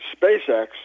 SpaceX